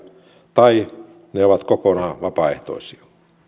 tai ne ovat kokonaan vapaaehtoisia